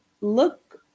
look